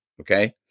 Okay